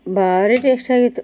ಬಾರಿ ಟೇಸ್ಟಾಗಿತ್ತು